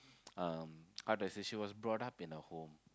um how to say she was brought up in a home